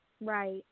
Right